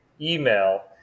email